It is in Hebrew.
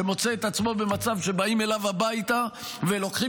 שמוצא את עצמו במצב שבאים אליו הביתה ולוקחים